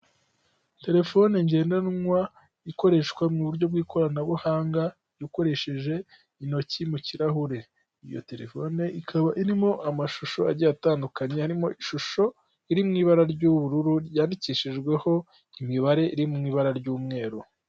Telefone ngendanwa ikoreshwa mu buryo bw'ikoranabuhanga ukoresheje intoki mu kirahure, iyo telefone ikaba irimo amashusho agiye atandukanye arimo ishusho iri mu ibara ry'ubururu ryandikishijweho imibare iri mu ibara ry'umweru.